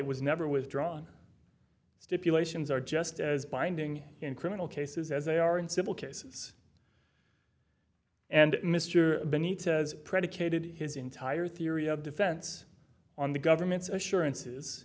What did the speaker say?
it was never was drawn stipulations are just as binding in criminal cases as they are in civil cases and mr binney says predicated his entire theory of defense on the government's assurances